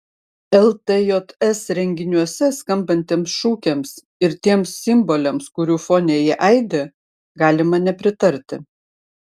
ltjs renginiuose skambantiems šūkiams ir tiems simboliams kurių fone jie aidi galima nepritarti